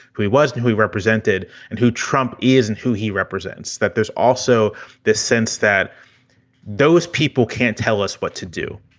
who he was, who he represented and who trump is and who he represents. that there's also this sense that those people can't tell us what to do,